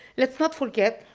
let's not forget,